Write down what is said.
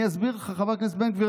אני אסביר לך, חבר הכנסת בן גביר.